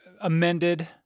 amended